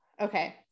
Okay